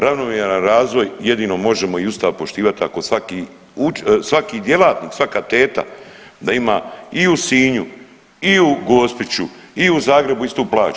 Ravnomjeran razvoj jedino možemo i Ustav poštivati ako svaki djelatnik, svaka teta da ima i u Sinju i u Gospiću i u Zagrebu istu plaću.